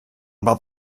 about